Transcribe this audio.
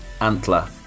Antler